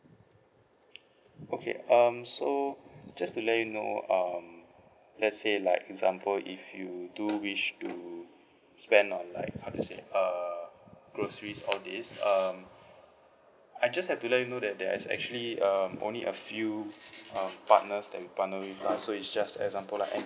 okay um so just to let you know um let's say like example if you do wish to spend on like how do I say uh groceries all this um I just have to let you know that there's actually um only a few uh partners that we partner with lah so it's just example like